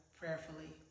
prayerfully